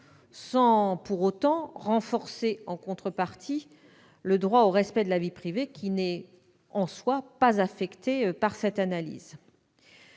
sans pour autant renforcer le droit au respect de la vie privée qui n'est pas, en soi, affecté par cette analyse.